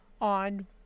on